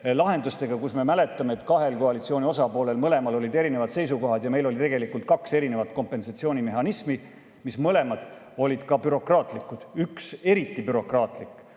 lahendustega. Me mäletame, et kahel koalitsiooni osapoolel olid erinevad seisukohad ja oli tegelikult kaks erinevat kompensatsioonimehhanismi, mis mõlemad olid ka bürokraatlikud, üks oli eriti bürokraatlik.